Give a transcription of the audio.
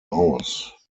aus